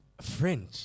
French